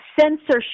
censorship